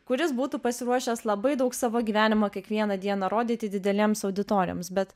kuris būtų pasiruošęs labai daug savo gyvenimo kiekvieną dieną rodyti didelėms auditorijoms bet